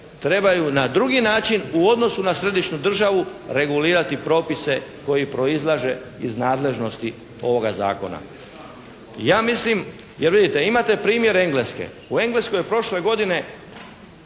trebaju na drugi način u odnosu na središnju državu regulirati propise koji proizlaze iz nadležnosti ovoga zakona. Ja mislim, jer vidite, imate primjer Engleske. U Engleskoj je prošle godine